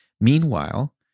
Meanwhile